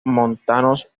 montanos